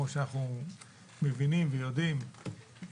כמו שאנחנו מבינים ויודעים,